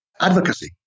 Advocacy